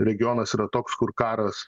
regionas yra toks kur karas